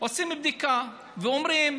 עושים בדיקה ואומרים: